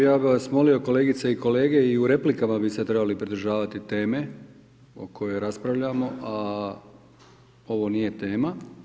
Ja bih vas molio kolegice i kolege i u replikama bi se trebali pridržavati teme o kojoj raspravljamo, a ovo nije tema.